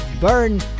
Burn